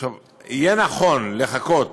עכשיו, יהיה נכון לחכות